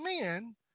men